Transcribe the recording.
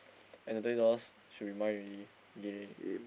and the twenty dollars should be mine already yay